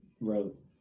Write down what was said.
wrote –